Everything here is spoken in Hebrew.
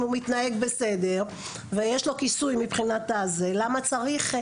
אם הוא מתנהג בסדר ויש לו כיסוי מבחינתה זה למה צריך?